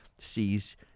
sees